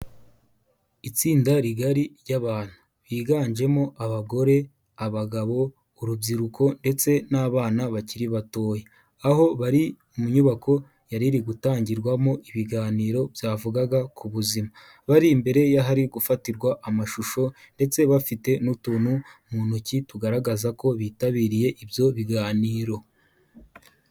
Itsinda rigari ry'abantu biganjemo abagore, abagabo, urubyiruko ndetse n'abana bakiri batoya aho bari mu nyubako yariri gutangirwamo ibiganiro byavugaga ku buzima, bari imbere yahari gufatirwa amashusho ndetse bafite n'utuntu mu ntoki tugaragaza ko bitabiriye ibyo biganiro.